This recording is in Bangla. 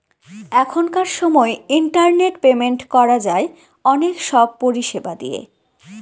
এখনকার সময় ইন্টারনেট পেমেন্ট করা যায় অনেক সব পরিষেবা দিয়ে